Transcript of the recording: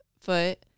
foot